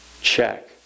Check